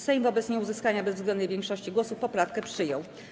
Sejm wobec nieuzyskania bezwzględnej większości głosów poprawkę przyjął.